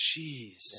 Jeez